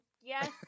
yes